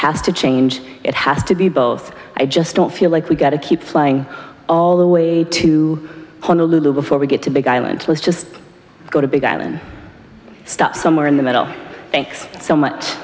has to change it has to be both i just don't feel like we got to keep flying all the way to honolulu before we get to big island let's just go to big island stop somewhere in the middle thanks so much